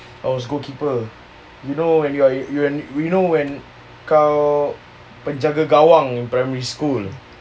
I was goalkeeper you know you know when kau penjaga gawang in primary school